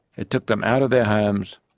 it took them out of their homes,